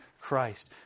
Christ